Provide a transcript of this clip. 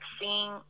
seeing